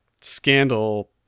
scandal